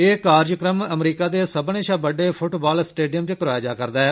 एह कार्जक्रम अमरीका दे सब्बनें शा बड्डे फूटबाल स्टेडियम च करवाया जा करदा ऐ